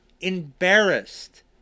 embarrassed